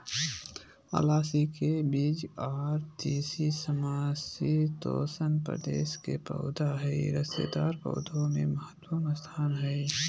अलसी के बीज आर तीसी समशितोष्ण प्रदेश के पौधा हई रेशेदार पौधा मे महत्वपूर्ण स्थान हई